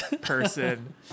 person